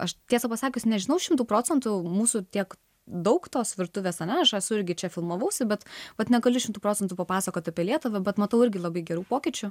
aš tiesą pasakius nežinau šimtu procentų mūsų tiek daug tos virtuvės ane aš esu irgi čia filmavausi bet bet negaliu šimtu procentų papasakoti apie lietuvą bet matau irgi labai gerų pokyčių